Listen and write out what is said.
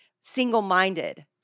single-minded